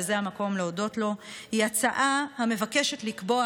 וזה המקום להודות לו היא הצעה המבקשת לקבוע